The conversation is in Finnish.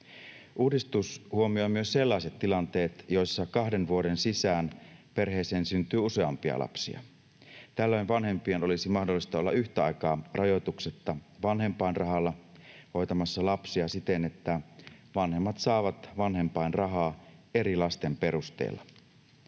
Uudistus huomioi myös sellaiset tilanteet, joissa kahden vuoden sisään perheeseen syntyy useampia lapsia. Tällöin vanhempien olisi mahdollista olla yhtä aikaa rajoituksetta vanhempainrahalla hoitamassa lapsia siten, että vanhemmat saavat vanhempainrahaa eri lasten perusteella.